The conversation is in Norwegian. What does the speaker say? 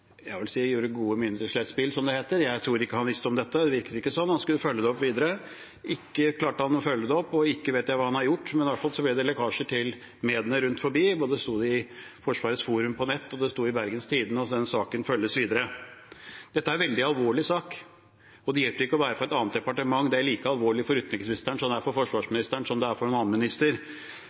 som det heter. Jeg tror ikke han visste om dette – det virket ikke sånn. Han skulle følge det opp videre. Ikke klarte han å følge det opp, og ikke vet jeg hva han har gjort. I hvert fall ble det lekkasjer til mediene rundt om, det sto både i Forsvarets Forum på nett og i Bergens Tidende, så den saken følges videre. Dette er en veldig alvorlig sak, og det hjelper ikke å være fra et annet departement. Dette er like alvorlig for utenriksministeren som det er for forsvarsministeren eller en annen minister. Sjøforsvaret blir avhengig av et russiskkontrollert selskap til drift og vedlikehold på en